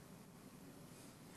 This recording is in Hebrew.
בבקשה.